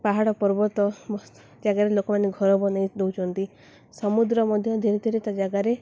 ପାହାଡ଼ ପର୍ବତ ଜାଗାରେ ଲୋକମାନେ ଘର ବନେଇ ଦେଉଛନ୍ତି ସମୁଦ୍ର ମଧ୍ୟ ଧୀରେ ଧୀରେ ତା ଜାଗାରେ